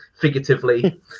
figuratively